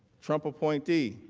trump appointee,